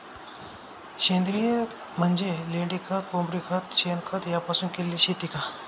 सेंद्रिय म्हणजे लेंडीखत, कोंबडीखत, शेणखत यापासून केलेली शेती का?